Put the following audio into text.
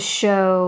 show